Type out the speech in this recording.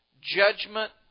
judgment